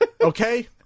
Okay